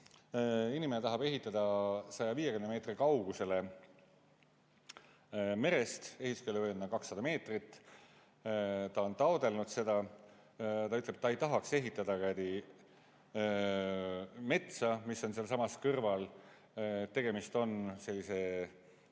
Inimene tahab ehitada 150 meetri kaugusele merest, ehituskeeluvöönd on 200 meetrit, ta on taotlenud [luba]. Ta ütleb, et ta ei tahaks ehitada metsa, mis on sealsamas kõrval, tegemist on tuule